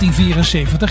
1974